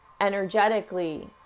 energetically